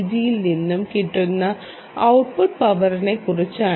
ജിയിൽ നിന്നും കിട്ടുന്ന ഔട്ട്പുട്ട് പവറിനെക്കുറിച്ചാണ്